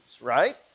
right